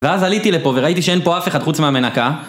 ואז עליתי לפה וראיתי שאין פה אף אחד חוץ מהמנקה